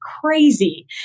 crazy